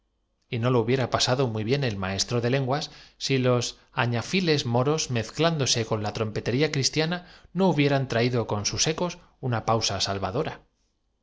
y no lo hubiera pasado muy bien el maestro en los tres días y medio que duró el viaje benjamín de lenguas si los añafiles moros mezclándose con la aprovechándose del sopor del sabio y del sueño de las trompetería cristiana no hubieran traído con sus ecos muchachas hizo sus correspondientes altos y salió si una pausa salvadora